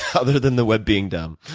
other than the web being dumb.